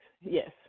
Yes